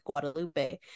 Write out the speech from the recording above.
Guadalupe